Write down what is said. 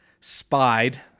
spied